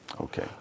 Okay